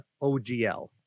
OGL